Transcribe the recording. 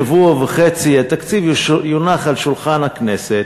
שבוע וחצי התקציב יונח על שולחן הכנסת,